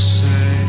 say